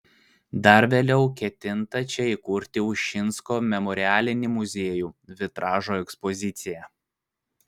dar vėliau ketinta čia įkurti ušinsko memorialinį muziejų vitražo ekspoziciją